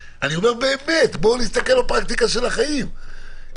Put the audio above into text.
בואו נסתכל בפרקטיקה של החיים,